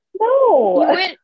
No